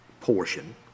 portion